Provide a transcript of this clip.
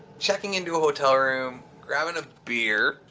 checking into a hotel room, grabbing a beer,